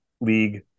league